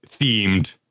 themed